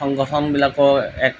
সংগঠন বিলাকৰ এক